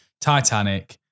Titanic